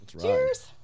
Cheers